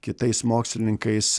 kitais mokslininkais